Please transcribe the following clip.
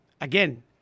again